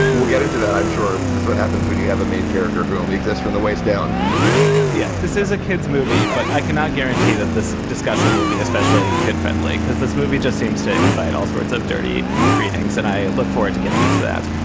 and we'll get into that. i'm sure this is what happens when you have a main character who only exists from the waist down yes. this is a kid's movie, but i cannot guarantee that this discussion will be especially kid-friendly, because this movie just seems to invite all sorts of dirty readings. and i look forward to getting into that.